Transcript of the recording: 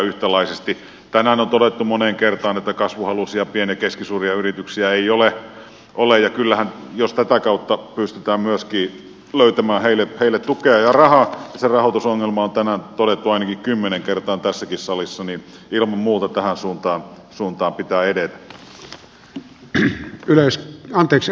tänään on todettu moneen kertaan että kasvuhaluisia pieniä ja keskisuuria yrityksiä ei ole ja kyllähän jos tätä kautta pystytään myöskin löytämään heille tukea ja rahaa se rahoitusongelma on tänään todettu ainakin kymmeneen kertaan tässäkin salissa ilman muuta tähän suuntaan pitää edetä